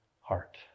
heart